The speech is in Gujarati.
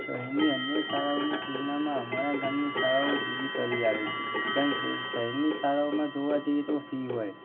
શહેરની અન્ય શાળાઓની તુલનામાં અમારા ગામની શાળાઓ જુદી તરી આવે છે જેમ કે શહેરની શાળાઓમાં જોવા જઈએ તો ફી હોય